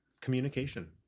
Communication